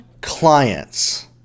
clients